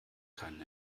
keinen